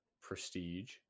prestige